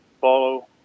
follow